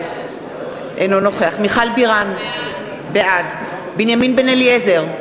אינו נוכח מיכל בירן, בעד בנימין בן-אליעזר,